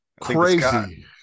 crazy